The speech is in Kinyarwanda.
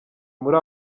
muri